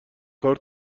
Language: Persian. کار